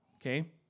okay